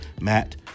Matt